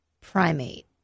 primate